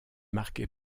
marqué